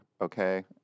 okay